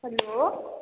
hello